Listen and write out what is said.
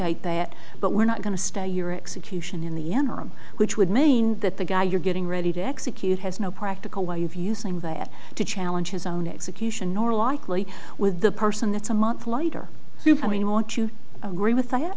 litigate that but we're not going to stay your execution in the interim which would mean that the guy you're getting ready to execute has no practical way of using that to challenge his own execution or likely with the person that's a month later i mean what you agree with